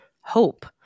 hope